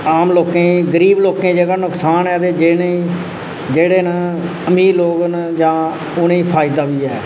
आम लोकें ई गरीब लोकें ई जेह्ड़ा नुकसान ऐ ते जेह्ड़े न अमीर लोक न जां उ'नें ई फायदा बी ऐ